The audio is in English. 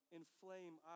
inflame